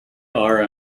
are